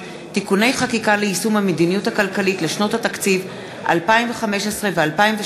(תיקוני חקיקה ליישום המדיניות הכלכלית לשנות התקציב 2015 ו-2016),